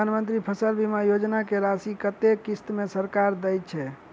प्रधानमंत्री फसल बीमा योजना की राशि कत्ते किस्त मे सरकार देय छै?